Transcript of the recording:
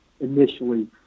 initially